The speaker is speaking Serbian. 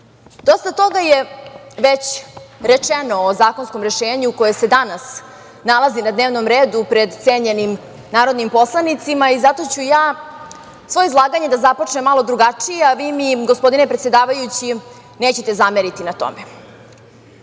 dosta toga je već rečeno o zakonskom rešenju koje se danas nalazi na dnevnom redu pred cenjenim narodnim poslanicima i zato ću ja svoje izlaganje da započnem malo drugačije, a vi mi, gospodine predsedavajući, nećete zameriti na